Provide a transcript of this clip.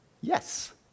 yes